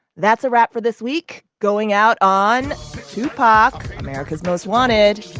that's a wrap for this week going out on two pac amerikaz most wanted.